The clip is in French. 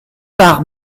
par